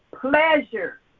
pleasure